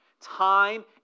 time